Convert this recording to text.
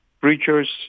preachers